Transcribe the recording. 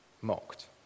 mocked